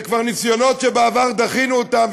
אלה ניסיונות שבעבר כבר דחינו אותם,